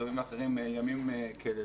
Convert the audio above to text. ימים כלילות.